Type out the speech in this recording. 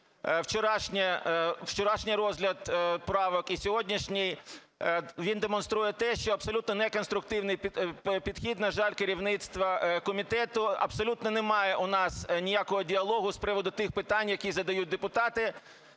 вчорашній розгляд правок і сьогоднішній, він демонструє те, що абсолютно неконструктивний підхід, на жаль, керівництва комітету. Абсолютно немає у нас ніякого діалогу з приводу тих питань, які задають депутати.